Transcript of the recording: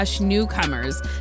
Newcomers